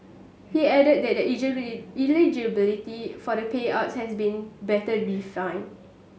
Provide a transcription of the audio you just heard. he added that eligibility for the payouts has been better defined